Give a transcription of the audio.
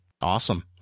Awesome